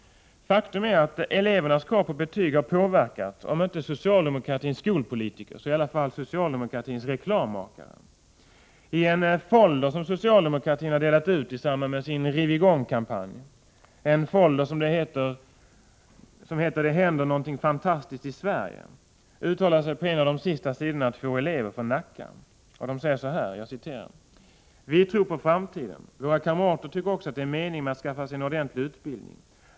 Faktum är att elevernas krav på betyg har påverkat, om inte socialdemokratins skolpolitiker, så i alla fall socialdemokratins reklammakare. I en folder som socialdemokraterna har delat ut i samband med sin ”riv i gång-kampanj”, en folder som heter Det händer någonting fantastiskt i Sverige, uttalar sig på en av de sista sidorna två elever från Nacka: ”Vi tror på framtiden! Våra kamrater tycker också att det är mening med att skaffa sig en ordentlig utbildning.